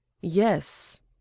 yes